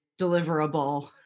deliverable